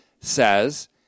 says